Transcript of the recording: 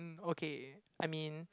um okay I mean